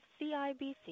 CIBC